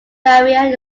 pereira